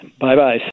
Bye-bye